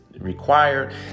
required